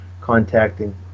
contacting